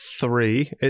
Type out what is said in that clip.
three